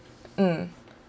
mm